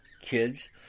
kids